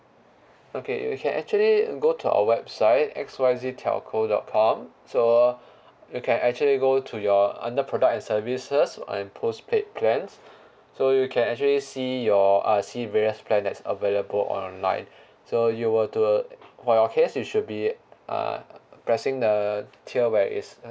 okay you can actually go to our website X Y Z telco dot com so you can actually go to your under product and services and postpaid plans so you can actually see your uh see various plan that's available online so you were to for your case you should be uh pressing the tier where it